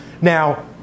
Now